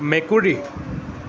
মেকুৰী